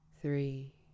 three